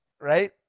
right